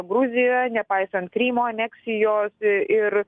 gruzijoje nepaisant krymo aneksijosi ir